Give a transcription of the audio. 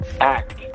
act